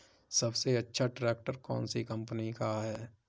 सबसे अच्छा ट्रैक्टर कौन सी कम्पनी का है?